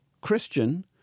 Christian